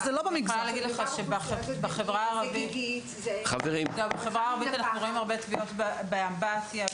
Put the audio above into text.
בחברה הערבית אנחנו רואים הרבה טביעות באמבטיה,